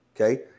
okay